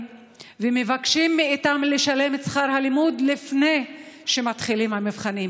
ומבקשים מהם לשלם את שכר הלימוד לפני שמתחילים המבחנים.